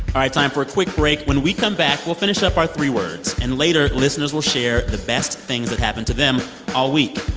time for a quick break. when we come back, we'll finish up our three words. and later, listeners will share the best thing that happened to them all week.